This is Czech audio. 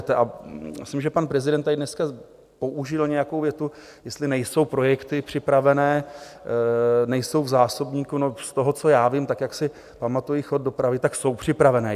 A myslím, že pan prezident tady dneska použil nějakou větu, jestli nejsou projekty připravené, nejsou v zásobníku, no z toho, co já vím, tak jak si pamatuji chod dopravy, tak jsou připravené.